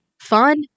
fun